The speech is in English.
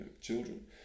children